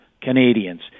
Canadians